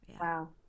Wow